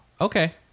Okay